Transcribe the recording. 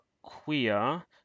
queer